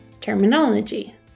Terminology